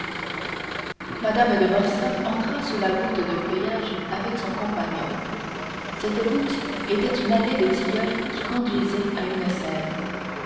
madame de morcerf entra sous la voûte de feuillage avec son compagnon cette voûte était une allée de tilleuls qui conduisait à une serre